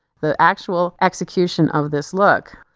the actual execution of this look.